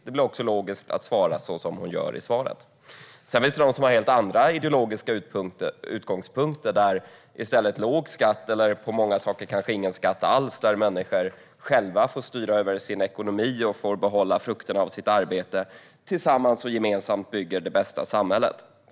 Det är också logiskt att svara så som hon gör i interpellationssvaret. Sedan finns det de som har helt andra utgångspunkter: låg skatt eller på många saker ingen skatt alls och att människor som själva får styra över sin ekonomi och behålla frukterna av sitt arbete tillsammans och gemensamt bygger det bästa samhället.